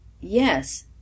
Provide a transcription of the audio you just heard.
Yes